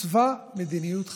עוצבה מדיניות חדשה.